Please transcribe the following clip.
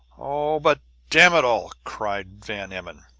oh, but damn it all! cried van emmon.